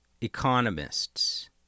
economists